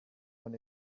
von